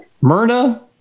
Myrna